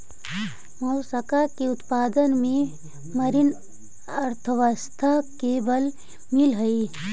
Mollusca के उत्पादन से मरीन अर्थव्यवस्था के बल मिलऽ हई